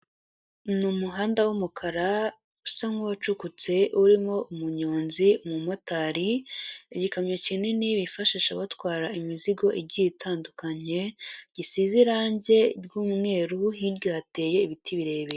Ni umuhanda w'umukara usa nk'uwacukutse urimo umunyonzi, umumotari, igikamyo kinini bifashisha batwara imizigo igiye itandukanye, gisize irangi ry'umweru, hirya hateye ibiti birebire.